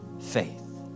faith